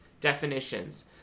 definitions